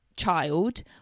child